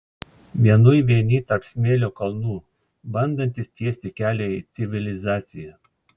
vienui vieni tarp smėlio kalnų bandantys tiesti kelią į civilizaciją